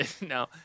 No